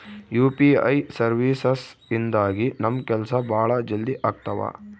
UPI services ಇಂದಾಗಿ ನಮ್ ಕೆಲ್ಸ ಭಾಳ ಜಲ್ದಿ ಅಗ್ತವ